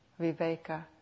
viveka